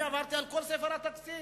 אני עברתי על כל ספר התקציב,